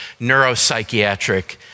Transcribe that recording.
neuropsychiatric